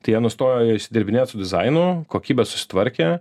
tai jie nustojo išsidirbinėt su dizainu kokybė susitvarkė